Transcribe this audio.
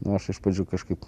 nu aš iš pradžių kažkaip